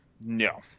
no